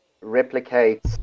replicate